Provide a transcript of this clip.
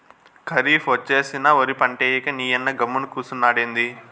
కరీఫ్ ఒచ్చేసినా ఒరి పంటేయ్యక నీయన్న గమ్మున కూసున్నాడెంది